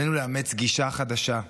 עלינו לאמץ גישה חדשה,